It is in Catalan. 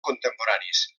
contemporanis